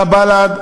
תא בל"ד,